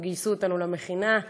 או גייסו אותנו למכינה.